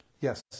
Yes